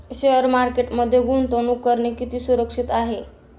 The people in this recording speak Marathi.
शेअर मार्केटमध्ये गुंतवणूक करणे किती सुरक्षित आहे?